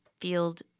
field